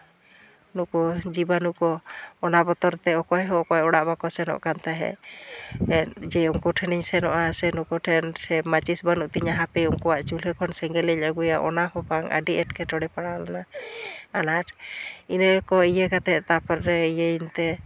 ᱱᱩᱠᱩ ᱡᱤᱵᱟᱱᱩ ᱠᱚ ᱚᱱᱟ ᱵᱚᱛᱚᱨ ᱛᱮ ᱚᱠᱚᱭ ᱦᱚᱸ ᱚᱠᱚᱭ ᱚᱲᱟᱜ ᱵᱟᱠᱚ ᱥᱮᱱᱚᱜ ᱠᱟᱱ ᱛᱟᱦᱮᱸᱫ ᱡᱮ ᱩᱱᱠᱩ ᱴᱷᱮᱱᱤᱧ ᱥᱮᱱᱚᱜᱼᱟ ᱥᱮ ᱱᱩᱠᱩ ᱴᱷᱮᱱᱤᱧ ᱥᱮᱱᱚᱜᱼᱟ ᱥᱮ ᱢᱟᱪᱤᱥ ᱵᱟᱹᱱᱩᱜ ᱛᱤᱧᱟᱹ ᱦᱟᱯᱮ ᱩᱱᱠᱩᱣᱟᱜ ᱪᱩᱞᱦᱟᱹ ᱠᱷᱚᱱ ᱥᱮᱸᱜᱮᱞᱤᱧ ᱟᱹᱜᱩᱭᱟ ᱚᱱᱟ ᱦᱚᱸ ᱵᱟᱝ ᱟᱹᱰᱤ ᱮᱴᱠᱮᱴᱚᱬᱮ ᱯᱟᱲᱟᱣ ᱞᱮᱱᱟ ᱟᱱᱟᱴ ᱤᱱᱟᱹ ᱠᱚ ᱤᱭᱟᱹᱠᱟᱛᱮ ᱛᱟᱨᱯᱚᱨᱮ ᱤᱭᱟᱹᱭᱮᱱᱛᱮ